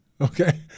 Okay